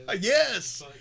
Yes